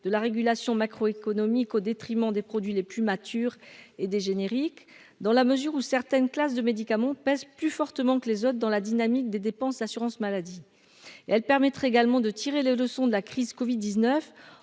de la régulation macro-économique au détriment des produits les plus matures et des génériques dans la mesure où certaines classes de médicaments pèse plus fortement que les autres dans la dynamique des dépenses d'assurance maladie et elle permettrait également de tirer les leçons de la crise Covid 19